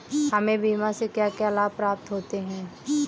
हमें बीमा से क्या क्या लाभ प्राप्त होते हैं?